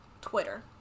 Twitter